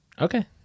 Okay